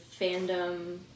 fandom